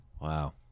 wow